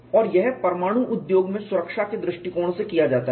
और यह परमाणु उद्योग में सुरक्षा के दृष्टिकोण से किया जाता है